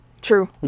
True